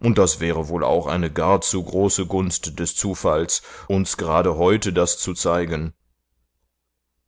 und das wäre wohl auch eine gar zu große gunst des zufalls uns gerade heute das zu zeigen